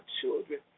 children